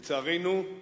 לצערנו,